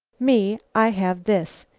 me, i have this.